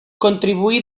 contribuí